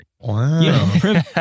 wow